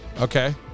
Okay